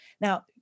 Now